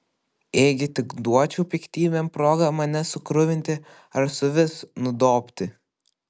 ėgi tik duočiau piktybėm progą mane sukruvinti ar suvis nudobti